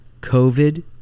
covid